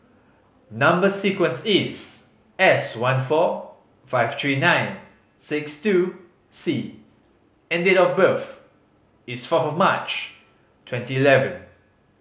number sequence is S one four five three nine six two C and date of birth is fourth of March twenty eleven